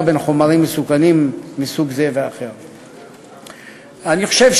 בין חומרים מסוכנים מסוג זה ומסוג אחר.